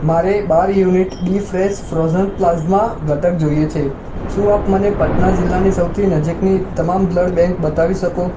મારે બાર unit B fresh frozen plasma ઘટક જોઈએ છે શું આપ મને પટના જિલ્લાની સૌથી નજીકની તમામ બ્લડ બૅંક બતાવી શકો